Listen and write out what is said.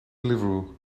deliveroo